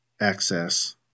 access